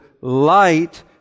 light